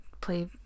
play